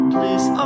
Please